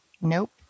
Nope